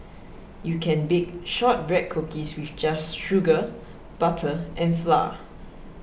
you can bake Shortbread Cookies with just sugar butter and flour